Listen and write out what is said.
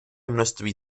množství